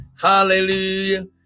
Hallelujah